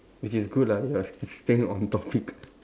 which is good lah you are st~ staying on topic